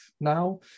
now